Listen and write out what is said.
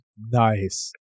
Nice